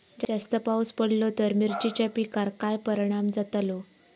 जास्त पाऊस पडलो तर मिरचीच्या पिकार काय परणाम जतालो?